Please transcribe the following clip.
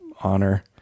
honor